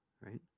right